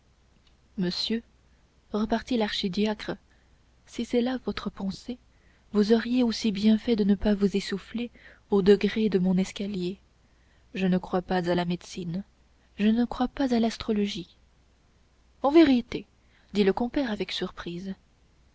monsieur repartit l'archidiacre si c'est là votre pensée vous auriez aussi bien fait de ne pas vous essouffler aux degrés de mon escalier je ne crois pas à la médecine je ne crois pas à l'astrologie en vérité dit le compère avec surprise